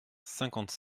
cinquante